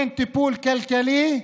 אין טיפול כלכלי,